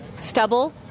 stubble